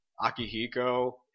Akihiko